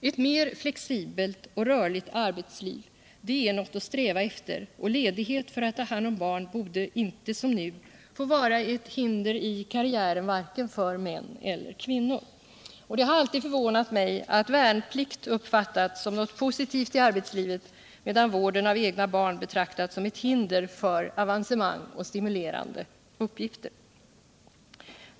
Ett mer flexibelt och rörligt arbetsliv är något att sträva efter, och ledighet för att ta hand om barn borde inte som nu få vara ett hinder i karriären varken för män eller kvinnor. Det har alltid förvånat mig att värnplikt uppfattas som något positivt i arbetslivet, medan vård av egna barn har betraktats som hinder för avancemang och stimulerande uppgifter.